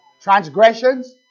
Transgressions